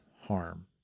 harm